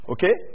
Okay